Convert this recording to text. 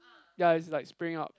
ya is like spraying out